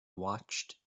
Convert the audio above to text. watched